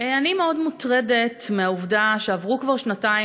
אני מאוד מוטרדת מהעובדה שעברו כבר שנתיים